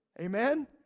Amen